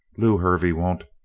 lew hervey won't.